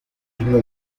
himno